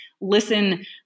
listen